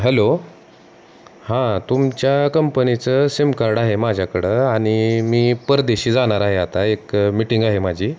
hello हां तुमच्या कंपनीचं सिमकार्ड आहे माझ्याकडं आणि मी परदेशी जाणार आहे आता एक मिटिंग आहे माझी